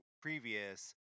previous